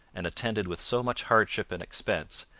and attended with so much hardship and expense,